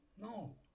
no